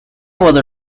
was